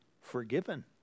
forgiven